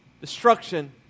destruction